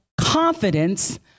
confidence